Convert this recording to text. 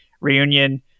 reunion